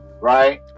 right